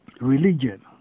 Religion